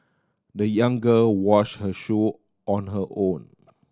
the young girl washed her shoe on her own